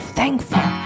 thankful